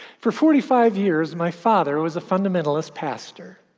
for forty five years, my father was a fundamentalist pastor.